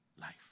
life